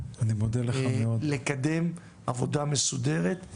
לקדם עבודה מסודרת,